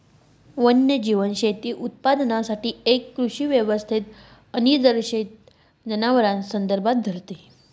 वन्यजीव शेती उत्पादनासाठी एक कृषी व्यवस्थेत अनिर्देशित जनावरांस संदर्भात धरते